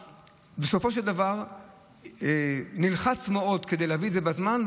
בסופו של דבר משרד התחבורה נלחץ מאוד כדי להביא את זה בזמן,